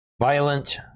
Violent